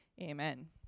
Amen